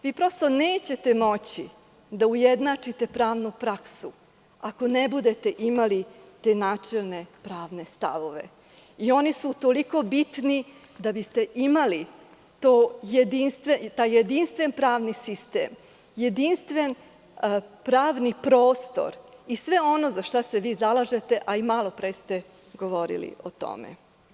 Vi prosto nećete moći da ujednačite pravnu praksu ako ne budete imali te načelne pravne stavove i oni su toliko bitni da biste imali taj jedinstven pravni sistem, jedinstveni pravni prostor i sve ono za šta se vi zalažete, a i malopre ste govorili o tome.